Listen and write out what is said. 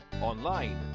online